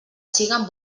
siguen